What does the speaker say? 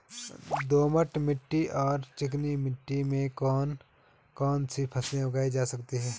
दोमट मिट्टी और चिकनी मिट्टी में कौन कौन सी फसलें उगाई जा सकती हैं?